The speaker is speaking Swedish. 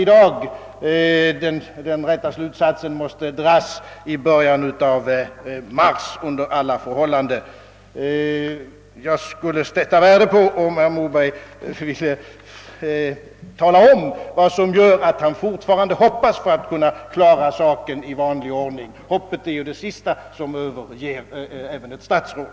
Under alla förhållanden måste den rätta slutsatsen dras i början av mars. Jag skulle sätta värde på om statsrådet Moberg ville tala om, vad som gör att han fortfarande hoppas kunna klara saken i vanlig ordning. Hoppet är ju det sista som överger även ett statsråd.